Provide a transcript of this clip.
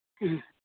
ꯎꯝ